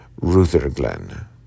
Rutherglen